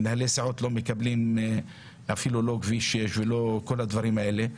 מנהלי סיעות לא מקבלים כביש 6 וכל הדברים הללו.